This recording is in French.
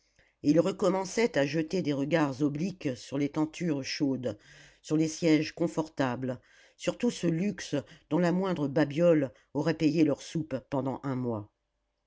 ils recommençaient à jeter des regards obliques sur les tentures chaudes sur les sièges confortables sur tout ce luxe dont la moindre babiole aurait payé leur soupe pendant un mois